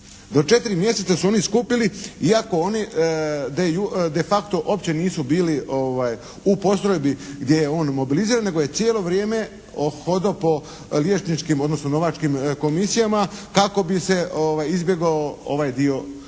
Do 4 mjeseca su oni skupili iako oni de facto uopće nisu bili u postrojbi gdje je on mobiliziran, nego je cijelo vrijeme hodao po liječničkim, odnosno novačkim komisijama kako bi se izbjegao ovaj dio